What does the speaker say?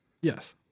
Yes